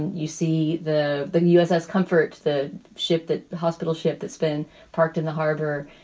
you see the the uss comfort, the ship, that hospital ship that's been parked in the harbour.